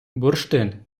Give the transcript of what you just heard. бурштин